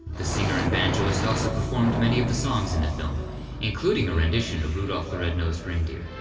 the singer and banjoist also performed many of the songs in the film including a rendition of rudolph the red-nosed reindeer.